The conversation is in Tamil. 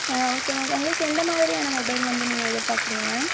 ஓகே மேம் உங்கள்க்கு எந்த மாதிரியான மொபைல் வந்து நீங்கள் எதிர்பார்க்குறிங்க மேம்